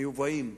מיובאים.